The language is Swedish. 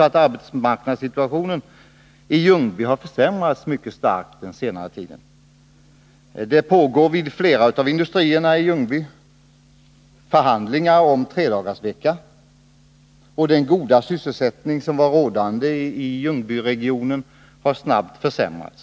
Arbetsmarknadssituationen i Ljungby har försämrats mycket starkt under senare tid. Det pågår vid flera av industrierna i Ljungby förhandlingar om tredagarsvecka, och den goda sysselsättning som varit rådande i Ljungbyregionen har snabbt försämrats.